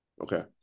Okay